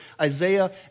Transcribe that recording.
Isaiah